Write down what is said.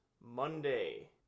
Monday